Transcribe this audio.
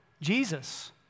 Jesus